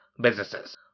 businesses